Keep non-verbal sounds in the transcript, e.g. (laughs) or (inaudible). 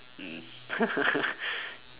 mm (laughs)